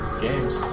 games